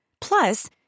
Plus